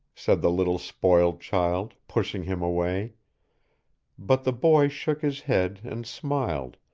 said the little spoilt child, pushing him away but the boy shook his head and smiled,